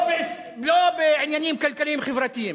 לא בעניינים כלכליים-חברתיים.